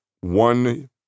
one